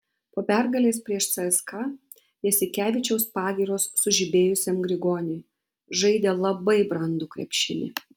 po pergalės prieš cska jasikevičiaus pagyros sužibėjusiam grigoniui žaidė labai brandų krepšinį